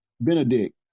Benedict